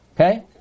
Okay